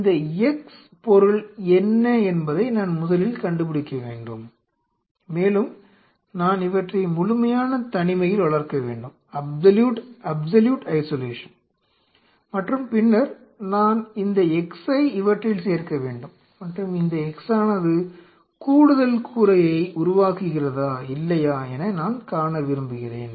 இந்த x பொருள் என்ன என்பதை நான் முதலில் கண்டுபிடிக்க வேண்டும் மேலும் நான் இவற்றை முழுமையான தனிமையில் வளர்க்க வேண்டும் மற்றும் பின்னர் நான் இந்த x யை இவற்றில் சேர்க்க வேண்டும் மற்றும் இந்த x ஆனது கூடுதல் கூரையை உருவாக்குகிறதா இல்லையா என நான் காண விரும்புகிறேன்